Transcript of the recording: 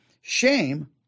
shame